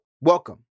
welcome